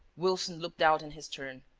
wilson looked out in his turn.